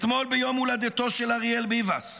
אתמול, ביום הולדתו של אריאל ביבס,